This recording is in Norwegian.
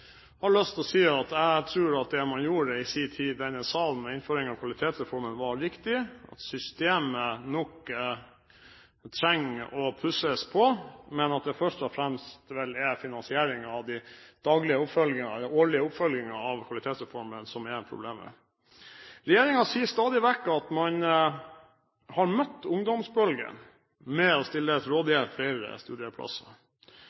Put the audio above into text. har lyst til å si at jeg tror det man i sin tid gjorde i denne salen, innførte Kvalitetsreformen, var riktig, at systemet nok trenger å pusses på, men at det først og fremst vel er finansieringen av den årlige oppfølgingen av Kvalitetsreformen som er problemet. Regjeringen sier stadig vekk at man har møtt ungdomsbølgen med å stille